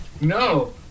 No